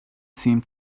seemed